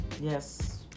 Yes